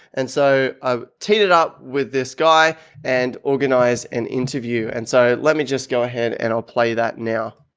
and so i'll ah tee it up with this guy and organize an interview. and so let me just go ahead and i'll play that now.